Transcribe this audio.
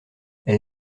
elle